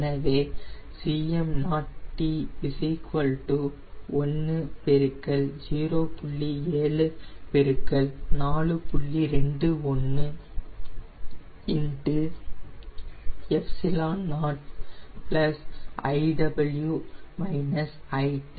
எனவே Cm0t 1 ∗ 0